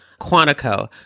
Quantico